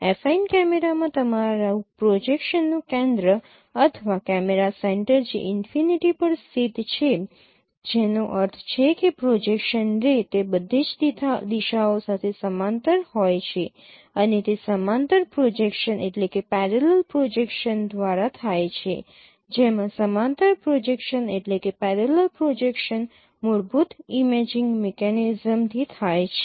affine કેમેરામાં તમારું પ્રોજેક્શનનું કેન્દ્ર અથવા કેમેરા સેન્ટર જે ઈનફિનિટી પર સ્થિત છે જેનો અર્થ છે કે પ્રોજેક્શન રે તે બધી જ દિશાઓ સાથે સમાંતર હોય છે અને તે સમાંતર પ્રોજેક્શન દ્વારા થાય છે જેમાં સમાંતર પ્રોજેક્શન મૂળભૂત ઇમેજિંગ મિકેનિઝમ થી થાય છે